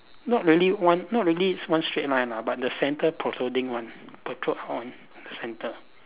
not really one not really one straight line lah but the centre protruding one protrude on centre